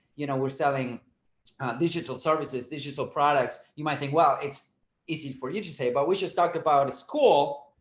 you know, we're selling digital services, digital products, you might think, well, it's easy for you to say, but we just talked about a school,